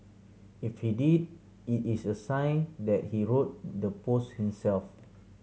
if he did it is a sign that he wrote the post himself